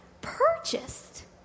purchased